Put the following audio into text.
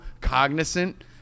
cognizant